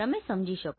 બરાબર